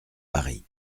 paris